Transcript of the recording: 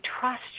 trust